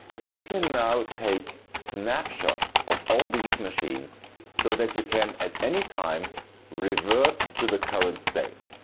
you can now take snapshots of all these machines so that you can at any time revert to the current state.